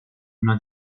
una